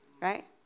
right